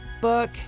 book